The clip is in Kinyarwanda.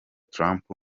trump